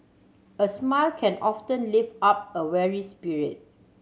a smile can often live up a weary spirit